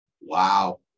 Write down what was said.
Wow